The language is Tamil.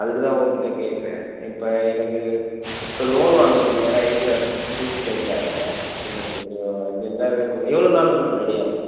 அதுக்கு தான் உங்கக்கிட்டே கேக்கிறேன் இப்போ எனக்கு இப்போ லோனு வாங்குகிறதுக்கு வேறு ஐடி கார்ட் ப்ரூஃப் கேக்கிறாங்க எனக்கு கொஞ்சம் அர்ஜெண்டாக வேணும் மேடம் எவ்வளோ நாளில் மேடம் ரெடி ஆகும்